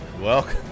Welcome